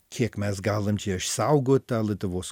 kiek mes galim čia išsaugot tą lietuvos